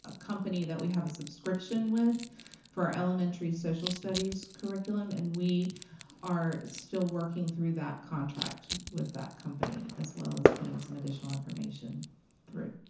ah company that we have a subscription with for elementary social studies curriculum and we are still working through that contract with that company as well as putting some additional information through.